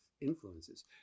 influences